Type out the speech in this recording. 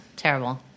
Terrible